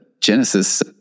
genesis